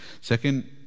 Second